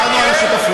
דיברנו על שותפות,